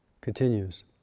continues